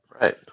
right